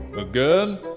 Again